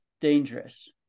dangerous